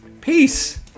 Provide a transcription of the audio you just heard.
Peace